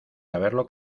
haberlo